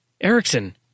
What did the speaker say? Erickson